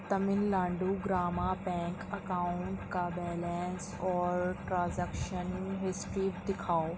Tamil Nadu Grama bank account کا balance اور transaction history دکھاؤ